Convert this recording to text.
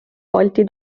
balti